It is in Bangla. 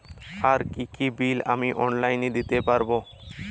আর কি কি বিল আমি অনলাইনে দিতে পারবো?